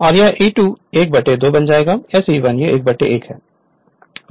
और यह E2 एक 2 बन जाएगा SE1 यह 1 से 1 है